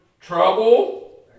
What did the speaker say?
trouble